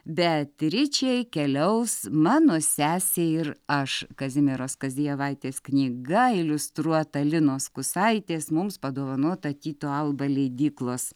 beatričei keliaus mano sesė ir aš kazimieros kazijevaitės knyga iliustruota linos kusaitės mums padovanota tyto alba leidyklos